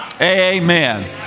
Amen